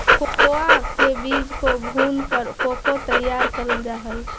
cocoa के बीज को भूनकर कोको तैयार करल जा हई